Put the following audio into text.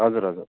हजुर हजुर